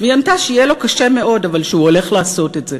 היא ענתה שיהיה לו קשה מאוד אבל הוא הולך לעשות את זה.